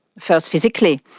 first physically,